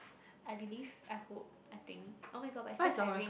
I believe I hope I think oh-my-god but it's so tiring